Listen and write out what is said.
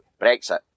Brexit